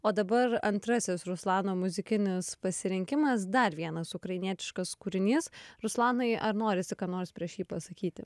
o dabar antrasis ruslano muzikinis pasirinkimas dar vienas ukrainietiškas kūrinys ruslanai ar norisi ką nors prieš jį pasakyti